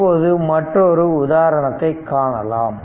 இப்போது மற்றொரு உதாரணத்தைக் காணலாம்